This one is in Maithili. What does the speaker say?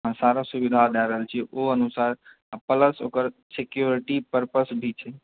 सारा सुविधा दए रहल छै ओ अनुसार प्लस ओकर सिक्यूरिटी परपस भी छै